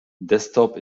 desktop